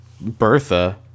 Bertha